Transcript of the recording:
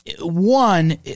one